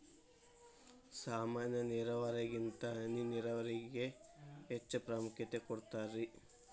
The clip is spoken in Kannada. ಸಾಮಾನ್ಯ ನೇರಾವರಿಗಿಂತ ಹನಿ ನೇರಾವರಿಗೆ ಹೆಚ್ಚ ಪ್ರಾಮುಖ್ಯತೆ ಕೊಡ್ತಾರಿ